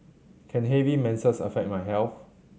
can heavy menses affect my health